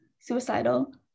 suicidal